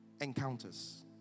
Encounters